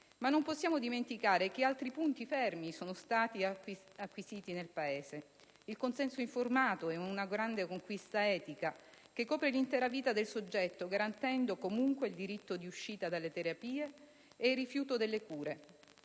Non possiamo dimenticare che altri punti fermi sono stati acquisiti dal Paese. Il consenso informato è una grande conquista etica che copre l'intera vita del soggetto garantendo, comunque, il diritto di uscita dalle terapie ed il rifiuto delle cure.